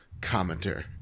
commenter